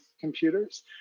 computers